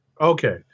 okay